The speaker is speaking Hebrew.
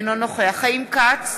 אינו נוכח חיים כץ,